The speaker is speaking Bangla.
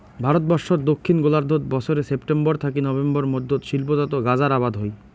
ভারতবর্ষত দক্ষিণ গোলার্ধত বছরে সেপ্টেম্বর থাকি নভেম্বর মধ্যত শিল্পজাত গাঁজার আবাদ হই